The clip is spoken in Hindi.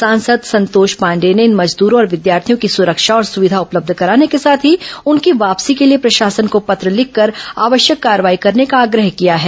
सांसद संतोष पांडेय ने इन मजदूरो और विद्यार्थियों की सुरक्षा और सुविधा उपलब्ध कराने के साथ ही उनकी वापसी के लिए प्रशासन को पत्र लिखकर आवश्यक कार्रवाई करने का आग्रह किया है